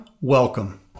welcome